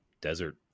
desert